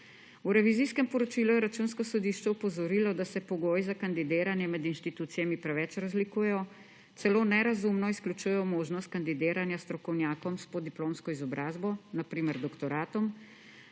V revizijskem poročilu je Računsko sodišče opozorilo, da se pogoji za kandidiranje med institucijami preveč razlikujejo, celo nerazumno izključujejo možnost kandidiranja strokovnjakom s podiplomsko izobrazbo, na primer doktoratom,